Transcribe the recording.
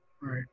right